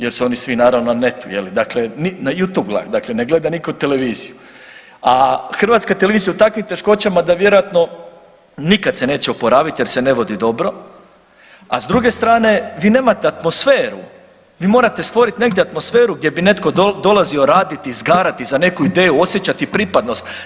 Jer su oni svi naravno na NET-u, jeli, dakle, na You tube gledaju, dakle ne gleda nitko televiziju, a Hrvatska televizija je u takvim teškoćama da vjerojatno nikad se neće oporaviti jer se ne vodi dobro, a s druge strane vi nemate atmosferu, vi morate stvoriti negdje atmosferu gdje bi netko dolazio raditi, izgarati za neku ideju, osjećati pripadnost.